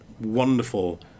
wonderful